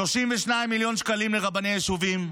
32 מיליון שקלים לרבני יישובים,